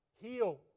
heal